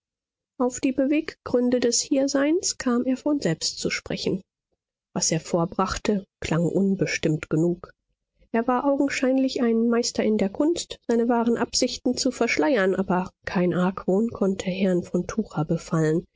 auf die beweggründe des hierseins kam er von selbst zu sprechen was er vorbrachte klang unbestimmt genug er war augenscheinlich ein meister in der kunst seine wahren absichten zu verschleiern aber kein argwohn konnte herrn von tucher beifallen